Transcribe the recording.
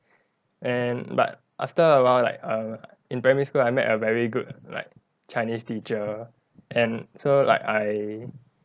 and but after a while like err in primary school I met a very good like chinese teacher and so like I